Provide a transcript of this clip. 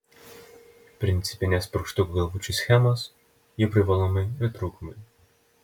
principinės purkštukų galvučių schemos jų privalumai ir trūkumai